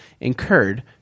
incurred